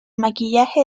maquillaje